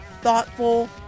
thoughtful